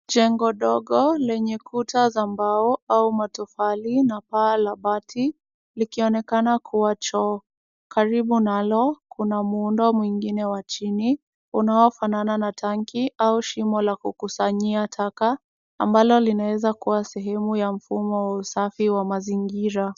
Jengo dogo lenye kuta za mbao au matofali na paa la bati likionekena kuwa choo. Karibu nalo kuna muundo mwingine wa chini unaofanana na tanki au shimo la kukusanyia taka, ambalo linaweza kuwa sehemu ya mfumo wa usafi wa mazingira.